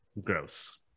gross